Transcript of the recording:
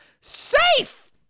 safe